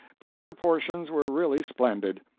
but other portions were really splendid.